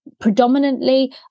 predominantly